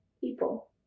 people